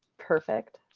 perfect.